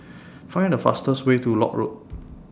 Find The fastest Way to Lock Road